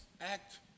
act